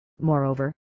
Moreover